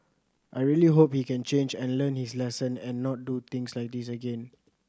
I really hope he can change and learn his lesson and not do things like this again